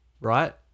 right